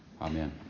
Amen